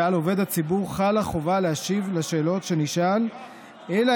ועל עובד הציבור חלה חובה להשיב על השאלות שנשאל אלא